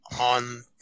on